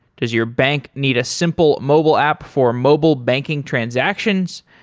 does your bank need a simple mobile app for mobile banking transactions?